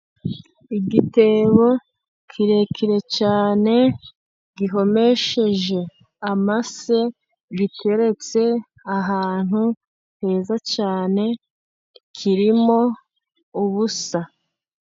Igitebo kirekire cyane gihomesheje amase, giteretse ahantu heza cyane kirimo ubusa.